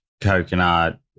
coconut